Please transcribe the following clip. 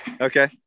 Okay